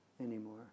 anymore